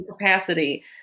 Capacity